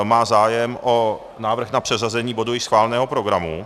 Má zájem o návrh na přeřazení bodu již schváleného programu.